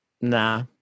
Nah